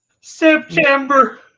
September